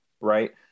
right